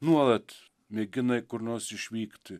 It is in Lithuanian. nuolat mėgina kur nors išvykt